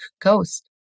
coast